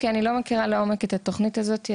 כי אני לא מכירה לעומק את התוכנית הזאת.